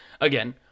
again